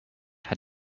had